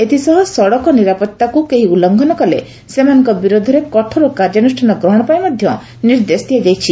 ଏଥିସହ ସଡ଼କ ନିରାପତ୍ତାକୁ କେହି ଉଲୁଘନ କଲେ ସେମାନଙ୍କ ବିରୋଧରେ କଠୋର କାର୍ଯ୍ୟାନୁଷ୍ଠାନ ଗ୍ରହଶ ପାଇଁ ନିର୍ଦ୍ଦେଶ ଦିଆଯାଇଛି